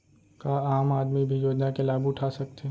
का आम आदमी भी योजना के लाभ उठा सकथे?